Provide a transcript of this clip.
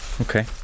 Okay